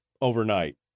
overnight